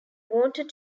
wanted